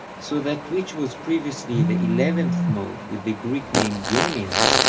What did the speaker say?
so that which was previously the eleventh mode with the greek name yeah ionian,